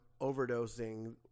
overdosing